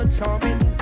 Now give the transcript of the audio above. Charming